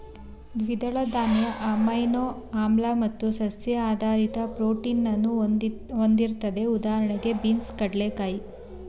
ದ್ವಿದಳ ಧಾನ್ಯ ಅಮೈನೋ ಆಮ್ಲ ಮತ್ತು ಸಸ್ಯ ಆಧಾರಿತ ಪ್ರೋಟೀನನ್ನು ಹೊಂದಿರ್ತದೆ ಉದಾಹಣೆಗೆ ಬೀನ್ಸ್ ಕಡ್ಲೆಕಾಯಿ